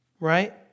Right